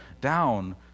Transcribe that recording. down